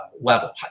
level